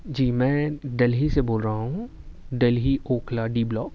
جی میں ڈلہی سے بول رہا ہوں ڈلہی اوکھلا ڈی بلاک